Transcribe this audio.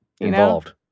Involved